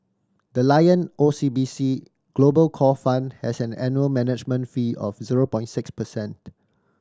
the Lion O C B C Global Core Fund has an annual management fee of zero point six percent